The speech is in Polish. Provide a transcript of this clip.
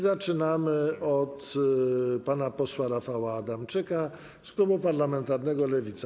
Zaczynamy od pana posła Rafała Adamczyka z klubu parlamentarnego Lewica.